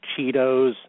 Cheetos